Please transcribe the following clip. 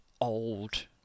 old